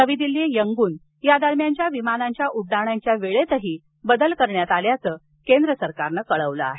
नवी दिल्ली यंगून दरम्यानच्या विमानांच्या उड्डाणांच्या वेळेतही बदल करण्यात आल्याचं केंद्र सरकारनं म्हटलं आहे